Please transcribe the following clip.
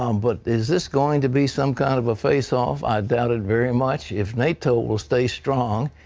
um but is this going to be some kind of a faceoff? i doubt it very much if nato will stay strong.